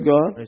God